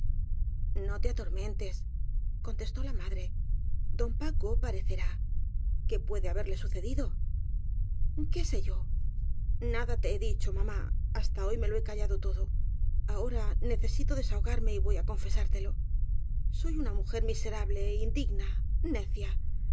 no te atormentes contestó la m ad re d o n paco parecerá qué puede haberle sucedido qué se yo nada te he dicho mamá hasta hoy me lo he callado todo ahora necesito desaho garme y voy á confesártelo soy una mujer mise rable indigna necia